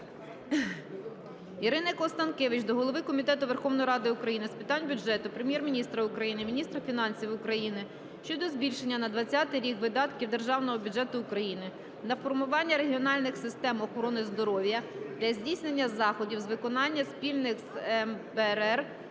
Ірини Констанкевич до голови Комітету Верховної Ради України з питань бюджету, Прем'єр-міністра України, міністра фінансів України щодо збільшення на 20-й рік видатків державного бюджету України на реформування регіональних систем охорони здоров'я для здійснення заходів з виконання спільного з МБРР